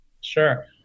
Sure